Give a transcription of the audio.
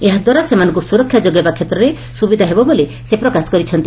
ଏହାଦ୍ବାରା ସେମାନଙ୍କୁ ସୁରକ୍ଷା ଯୋଗାଇବା କ୍ଷେତ୍ରରେ ସୁବିଧା ହେବ ବୋଲି ସେ ପ୍ରକାଶ କରିଛନ୍ତି